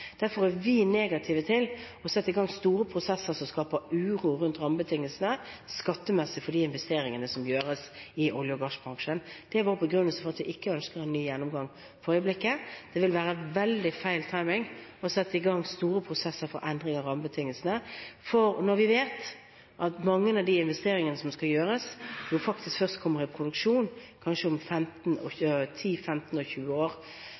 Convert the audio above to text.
Derfor er vi negative til å sette i gang store prosesser som skaper uro rundt rammebetingelsene skattemessig for de investeringene som gjøres i olje- og gassbransjen. Det er vår begrunnelse for ikke å ønske en ny gjennomgang for øyeblikket. Det vil være veldig feil timing å sette i gang store prosesser for endring av rammebetingelsene når vi vet at mange av de investeringene som skal gjøres, faktisk først kommer i produksjon kanskje om 10, 15 og 20 år. Jeg ville ikke gitt olje- og